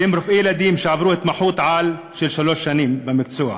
שהם רופאי ילדים שעברו התמחות-על של שלוש שנים במקצוע.